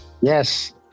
Yes